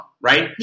right